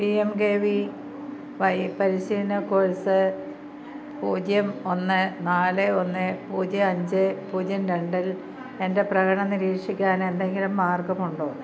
P M K V Y പരിശീലന course പൂജ്യം ഒന്ന് നാല് ഒന്ന് പൂജ്യം അഞ്ച് പൂജ്യം രണ്ടിൽ എൻ്റെ പ്രകടനം നിരീക്ഷിക്കാൻ എന്തെങ്കിലും മാർഗമുണ്ടോ